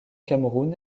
cameroun